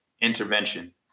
intervention